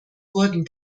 wurden